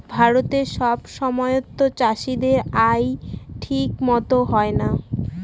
ভারতে সব সময়তো চাষীদের আয় ঠিক মতো হয় না